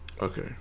Okay